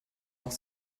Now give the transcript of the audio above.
noch